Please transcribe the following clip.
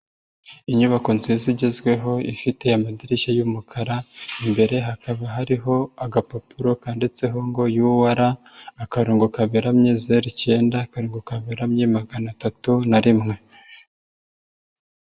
Inyubako nziza igezweho ifite amadirishya y'umukara, imbere hakaba hariho agapapuro kandiditseho ngo: "UR" akarongo kagaramye zeru icyenda, akarongo kaberamye magana atatu na rimwe.